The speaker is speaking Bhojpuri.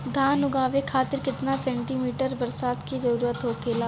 धान उगावे खातिर केतना सेंटीमीटर बरसात के जरूरत होखेला?